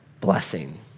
blessing